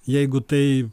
jeigu tai